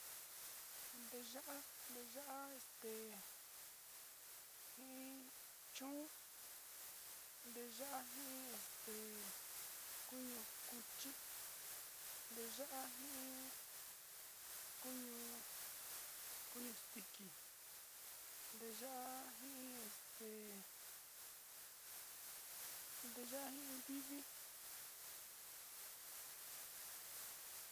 Nteya´a jin vi´inte nteya´a ntivi nteya´a jin yuvani yuka kaku in ja ku sa´ayo in nteya´a.